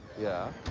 yeah.